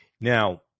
Now